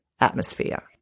atmosphere